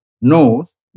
knows